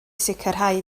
sicrhau